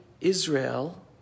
Israel